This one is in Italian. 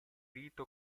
rito